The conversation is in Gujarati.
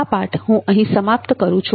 આ પાઠ હું અહીં સમાપ્ત કરૂં છું